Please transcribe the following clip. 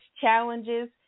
challenges